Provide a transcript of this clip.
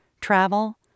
travel